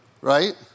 right